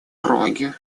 роге